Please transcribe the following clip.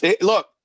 Look